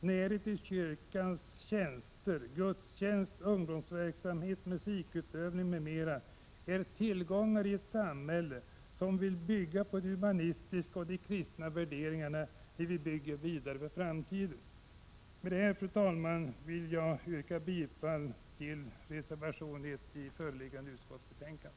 Närheten till kyrkans gudstjänster, ungdomsverksamhet, musikutövning m.m. är tillgångar i ett samhälle som vill ha med humanistiska och kristna värderingar när vi bygger vidare för framtiden. Fru talman! Med detta vill jag yrka bifall till reservation 1 i föreliggande betänkande.